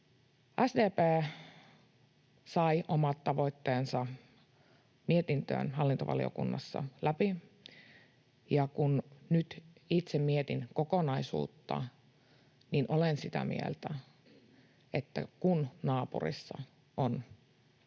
SDP sai omat tavoitteensa mietintöön hallintovaliokunnassa läpi. Ja kun nyt itse mietin kokonaisuutta, niin olen sitä mieltä, että kun naapurissa on epävakaan